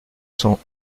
cents